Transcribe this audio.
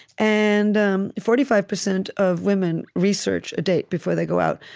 and um forty five percent of women research a date before they go out.